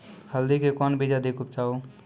हल्दी के कौन बीज अधिक उपजाऊ?